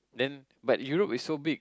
then but Europe is so big